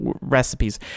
recipes